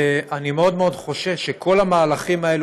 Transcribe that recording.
ואני מאוד מאוד חושש שכל המהלכים האלה,